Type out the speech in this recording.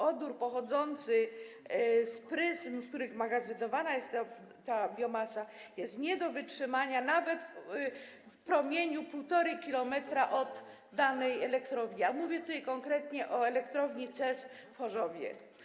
Odór pochodzący z pryzm, w których magazynowana jest ta biomasa, jest nie do wytrzymania nawet w promieniu 1,5 km od danej elektrowni, a mówię tutaj konkretnie o elektrowni CEZ w Chorzowie.